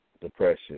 depression